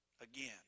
again